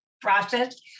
process